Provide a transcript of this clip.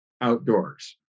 outdoors